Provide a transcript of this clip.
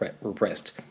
repressed